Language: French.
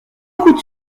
route